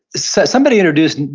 so somebody introduced,